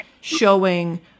showing